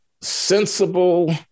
sensible